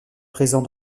présent